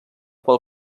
pel